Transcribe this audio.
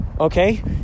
Okay